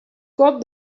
got